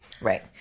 Right